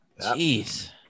jeez